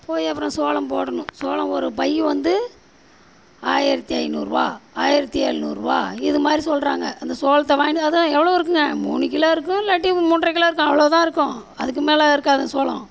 போய் அப்பறம் சோளம் போடணும் சோளம் ஒரு பை வந்து ஆயிரத்தி ஐந்நூறுரூவா ஆயிரத்தி எழுநூறுவா இதுமாதிரி சொல்கிறாங்க அந்த சோளத்தை வாங்கிட்டு அதுதான் எவ்வளோ இருக்குங்க மூணு கிலோ இருக்கும் இல்லாட்டி மூன்றரை கிலோ இருக்கும் அவ்வளோதான் இருக்கும் அதுக்கு மேலே இருக்காது அந்த சோளம்